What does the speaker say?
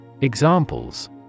examples